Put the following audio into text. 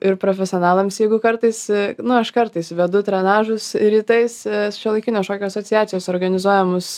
ir profesionalams jeigu kartais nu aš kartais vedu trenažus rytais šiuolaikinio šokio asociacijos organizuojamus